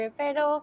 pero